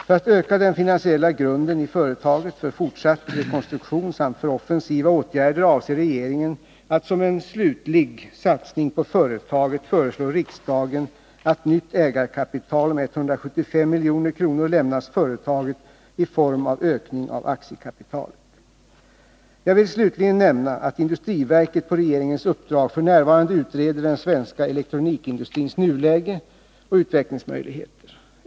För att öka den finansiella grunden i företaget för fortsatt rekonstruktion samt för offensiva åtgärder avser regeringen att som en slutlig satsning på företaget föreslå riksdagen att nytt ägarkapital om 175 milj.kr. lämnas företaget i form av ökning av aktiekapitalet. Jag vill slutligen nämna att industriverket på regeringens uppdrag f.n. utreder den svenska elektronikindustrins nuläge och utvecklingsmöjligheter.